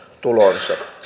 tulonsa